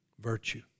virtue